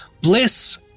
bliss